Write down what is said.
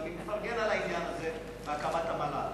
ואני מפרגן על העניין הזה ועל הקמת המל"ל.